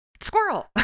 Squirrel